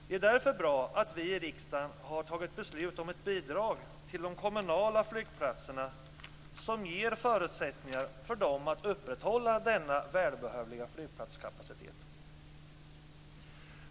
Det är därför bra att vi i riksdagen har tagit beslut om ett bidrag till de kommunala flygplatserna som ger förutsättningar för dem att upprätthålla denna välbehövliga flygplatskapacitet.